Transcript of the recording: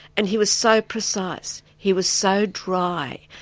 and he was so precise, he was so dry,